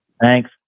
Thanks